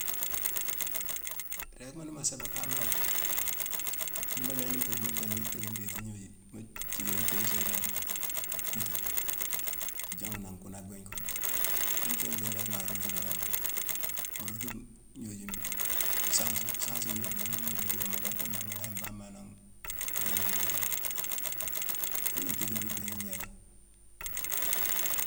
Iréégma ni mu sébé kama, ni mu lééni buru mu gwéingna thékine dééti mu jické nkinsone i réégma kuttu, jongu nangh gunaa gwéingne kune. Ni nkinsone ni iréég ma rottu dorong, mu rottu sense, sense gnojuma mune mu rottu dorong mu doortone nangh mu la yick mbamban nangh gwéingne guuru. Ghuna nthéckirine gwéingne gnéétima.